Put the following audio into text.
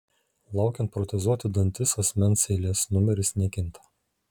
laukiant protezuoti dantis asmens eilės numeris nekinta